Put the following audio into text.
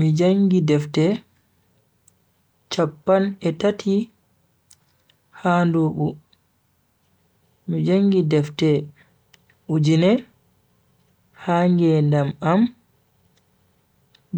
Mi jangi defte chappan e tati ha ndubu, mi jangi defte ujine ha ngedam am